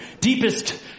deepest